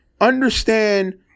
understand